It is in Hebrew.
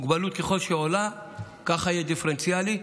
ככל שהיא עולה, ככה יהיה, דיפרנציאלי.